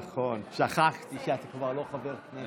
נכון, שכחתי שאתה כבר לא חבר כנסת.